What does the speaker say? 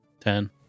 Ten